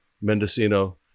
Mendocino